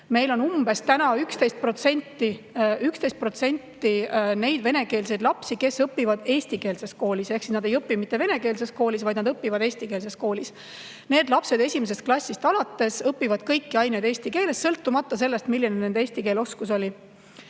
Meil on umbes 11% neid venekeelseid lapsi, kes õpivad eestikeelses koolis. Nad ei õpi mitte venekeelses koolis, vaid nad õpivad eestikeelses koolis. Need lapsed esimesest klassist alates õpivad kõiki aineid eesti keeles, sõltumata sellest, milline nende eesti keele oskus